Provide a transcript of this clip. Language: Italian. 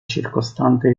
circostante